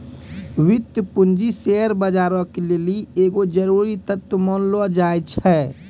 वित्तीय पूंजी शेयर बजारो के लेली एगो जरुरी तत्व मानलो जाय छै